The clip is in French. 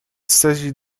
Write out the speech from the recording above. s’agit